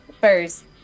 first